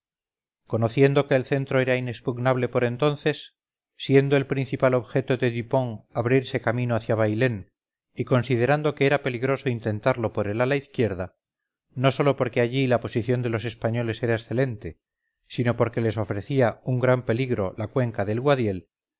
conociendo que el centro era inexpugnable por entonces siendo el principal objeto de dupont abrirse camino hacia bailén y considerando que era peligroso intentarlo por el ala izquierda no sólo porque allí la posición de los españoles era excelente sino porque les ofrecía un gran peligro la cuenca del guadiel